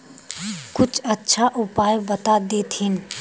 कुछ अच्छा उपाय बता देतहिन?